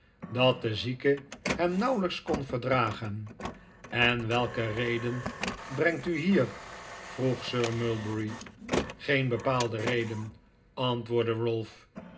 dat de zieke hem nauwelijks kon verdragen en welke reden brengt u hier vroeg sir mulberry geen bepaalde reden antwoordde ralph